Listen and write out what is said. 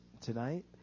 tonight